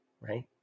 Right